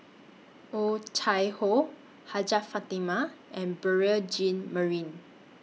Oh Chai Hoo Hajjah Fatimah and Beurel Jean Marie